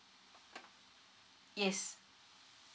yes